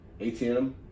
ATM